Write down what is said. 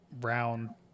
round